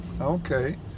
Okay